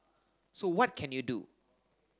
so what can you do